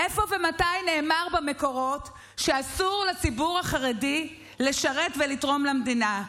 איפה ומתי נאמר במקורות שאסור לציבור החרדי לשרת ולתרום למדינה?